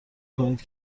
کنید